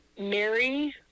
Mary